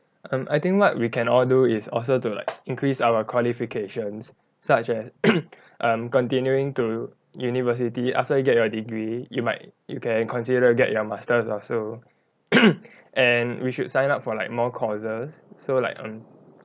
um I think what we can all do is also to like increase our qualifications such as um continuing to university after you get your degree you might you can consider get your masters or so and we should sign up for like more courses so like um